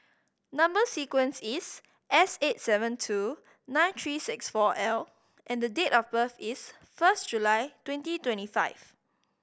number sequence is S eight seven two nine three six four L and date of birth is first July twenty twenty five